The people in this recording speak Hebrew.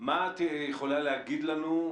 מה את יכולה להגיד לנו?